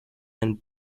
and